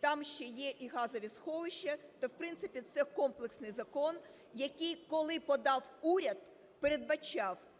там ще є і газові сховища. То, в принципі, це комплексний закон, який, коли подав уряд, передбачав,